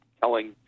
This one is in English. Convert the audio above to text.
telling